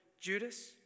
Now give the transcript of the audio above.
Judas